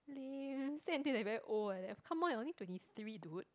lame say until like you very old like that come on you're only twenty three dude